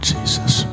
Jesus